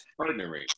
partnering